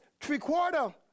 three-quarter